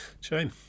Shame